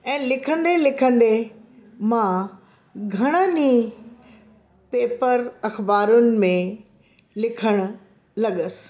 ऐं लिखंदे लिखंदे मां घणनि ई पेपर अखबारुनि में लिखणु लॻसि